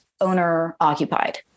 owner-occupied